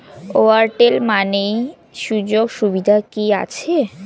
Airtel money সুযোগ সুবিধা কি আছে?